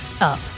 up